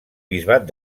bisbat